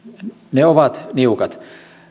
ne ovat niukat